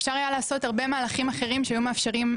אפשר היה לעשות הרבה מהלכים אחרים שהיו מאפשרות